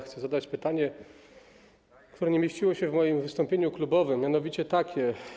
Chcę zadać pytanie, które nie mieściło się w moim wystąpieniu klubowym, mianowicie takie.